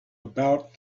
about